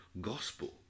gospel